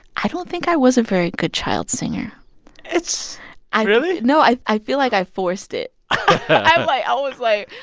i don't think i was a very good child singer it's really? no, i i feel like i forced it i i ah was like,